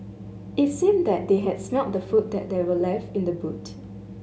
it seemed that they had smelt the food that were left in the boot